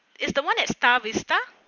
it's the one at star vista